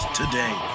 today